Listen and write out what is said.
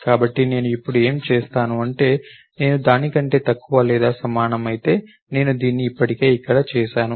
కాబట్టి నేను ఇప్పుడు ఏమి చేస్తాను అంటే నేను దాని కంటే తక్కువ లేదా సమానం అయితే నేను దీన్ని ఇప్పటికే ఇక్కడ చేసాను